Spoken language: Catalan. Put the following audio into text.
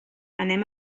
anem